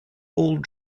old